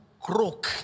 croak